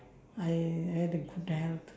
I had a good health